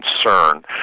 concern